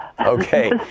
okay